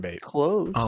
close